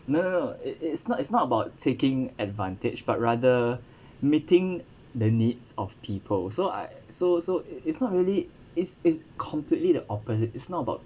no no no it it's not it's not about taking advantage but rather meeting the needs of people so I so so it's not really is is completely the opposite it's not about